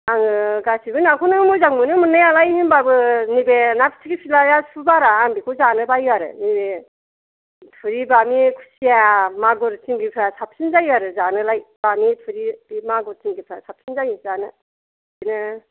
आङो गासिबो नाखौनो मोजां मोनो मोननाय आलाय होनबाबो नैबे ना फिथिख्रि फिलाया सु बारा आं बेखौ जानो बायो आरो नैबे थुरि बामि खुसिया मागुर सिंगिफ्रा साबसिन जायो आरो जानोलाय बामि थुरि बे मागुर सिंगिफ्रा साबसिन जायो जानो बिदिनो